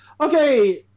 Okay